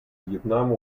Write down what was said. вьетнама